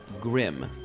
grim